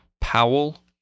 Powell